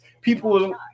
people